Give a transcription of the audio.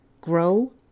grow